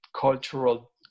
cultural